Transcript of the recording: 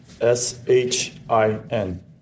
S-H-I-N